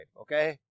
Okay